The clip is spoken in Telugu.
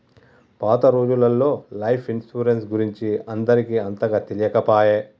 పాత రోజులల్లో లైఫ్ ఇన్సరెన్స్ గురించి అందరికి అంతగా తెలియకపాయె